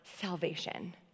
salvation